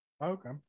Okay